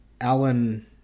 Alan